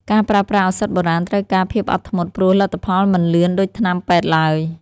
ការប្រើប្រាស់ឱសថបុរាណត្រូវការភាពអត់ធ្មត់ ព្រោះលទ្ធផលមិនលឿនដូចថ្នាំពេទ្យឡើយ។